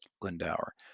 Glendower